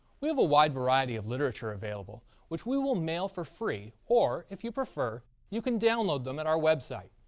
we have a wide variety of literature available which we will mail for free, or, if you prefer you can download them at our website.